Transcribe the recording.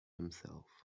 himself